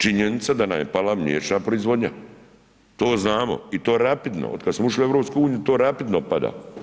Činjenica da nam je pala mliječna proizvodnja, to znamo i to rapidno otkad smo ušli u EU, to rapidno pada.